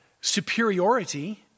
superiority